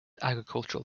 agricultural